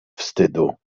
wstydu